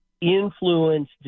influence